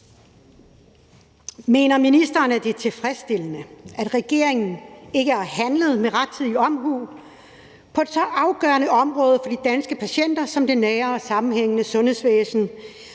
»Mener ministeren, at det er tilfredsstillende, at regeringen ikke har handlet med rettidig omhu på et så afgørende område for de danske patienter som det nære og sammenhængende sundhedsvæsen,